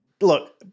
Look